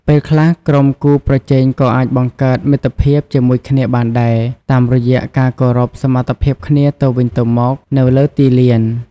ពេលខ្លះ ក្រុមគូប្រជែងក៏អាចបង្កើតមិត្តភាពជាមួយគ្នាបានដែរ តាមរយៈការគោរពសមត្ថភាពគ្នាទៅវិញទៅមកនៅលើទីលាន។